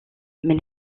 mais